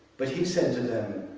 but he said to them,